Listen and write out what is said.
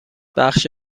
بخش